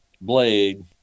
blade